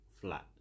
flat